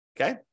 okay